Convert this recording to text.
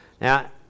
Now